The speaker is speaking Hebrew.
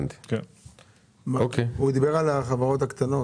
הוא דיבר על החברות הקטנות.